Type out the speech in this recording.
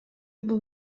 бул